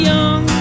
Young